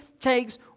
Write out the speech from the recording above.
takes